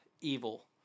evil